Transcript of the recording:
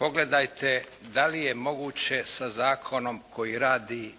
Pogledajte da li je moguće sa zakonom koji radi